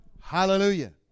Hallelujah